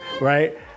right